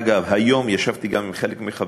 אגב, היום ישבתי גם עם חלק מחבריך.